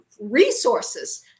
resources